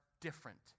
different